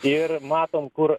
ir matom kur